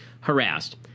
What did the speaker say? harassed